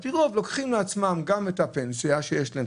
על פי רוב לוקחים לעצמן גם את הפנסיה שיש להן,